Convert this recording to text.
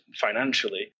financially